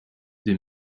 des